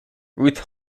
ruth